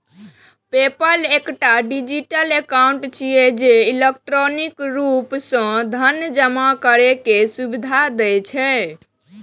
PayPal एकटा digital account छियै, जे इलेक्ट्रॉनिक रूप सं धन जमा करै के सुविधा दै छै